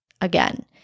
again